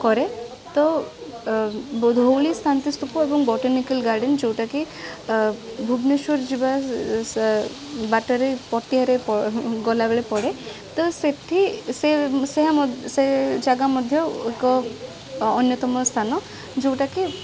କରେ ତ ଅ ଧଉଳିଶାନ୍ତିସ୍ତୁପ ଏବଂ ବଟନିକାଲ୍ ଗାର୍ଡ଼େନ୍ ଯେଉଁଟାକି ଅ ଭୁବନେଶ୍ୱର ଯିବା ସେ ବାଟରେ ପଟିଆରେ ଗଲାବେଳେ ପଡ଼େ ତ ସେଇଠି ସେ ସେ ମଧ୍ୟ ସେ ଜାଗା ମଧ୍ୟ ଏକ ଅନ୍ୟତମ ସ୍ଥାନ ଯେଉଁଟାକି